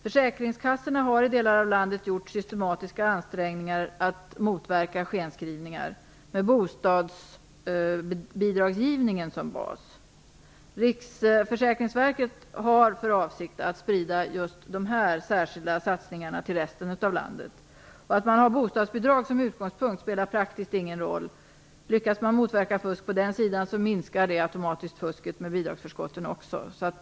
Försäkringskassorna har i delar av landet gjort systematiska ansträngningar för att motverka skenskrivningar med bostadsbidragsgivningen som bas. Riksförsäkringsverket har för avsikt att sprida just dessa särskilda satsningar till resten av landet. Att man har bostadsbidraget som utgångspunkt spelar ingen praktisk roll. Lyckas man motverka fusk på den sidan minskar automatiskt fusket med bidragsförskotten också.